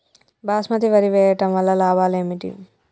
బాస్మతి వరి వేయటం వల్ల లాభాలు ఏమిటి?